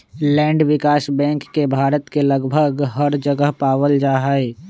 land विकास bank के भारत के लगभग हर जगह पावल जा हई